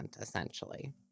essentially